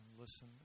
listen